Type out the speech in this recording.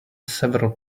several